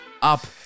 up